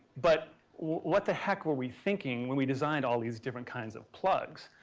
but what the heck were we thinking when we designed all these different kinds of plugs?